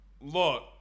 look